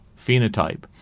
phenotype